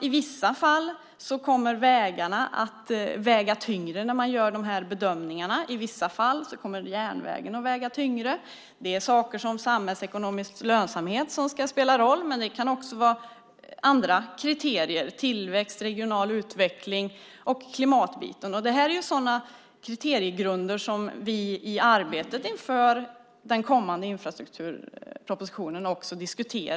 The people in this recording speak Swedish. I vissa fall kommer vägarna att väga tyngre när man gör bedömningarna. I vissa fall kommer järnvägen att väga tyngre. Det är saker som samhällsekonomisk lönsamhet som ska spela roll, men det kan också vara andra kriterier: tillväxt, regional utveckling och klimatbiten. Det är sådana kriteriegrunder som vi diskuterar i arbetet inför den kommande infrastrukturpropositionen.